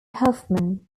hoffman